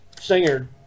singer